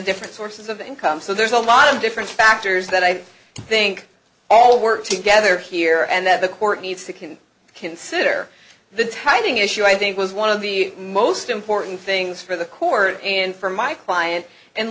different sources of income so there's a lot of different factors that i think all work together here and that the court needs to consider the tiding issue i think was one of the most important things for the core and for my client and